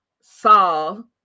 Saul